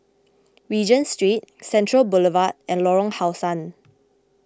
Regent Street Central Boulevard and Lorong How Sun